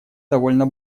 довольно